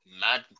mad